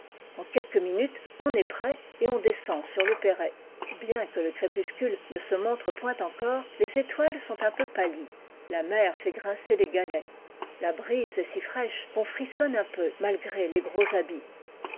en quelques minutes on est prêt et on descend sur le perret bien que le crépuscule ne se montre point encore les étoiles sont un peu pâlies la mer fait grincer les galets la brise est si fraîche qu'on frissonne un peu malgré les gros habits